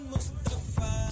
Mustafa